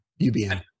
UBN